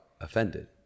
offended